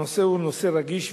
הנושא הוא נושא רגיש,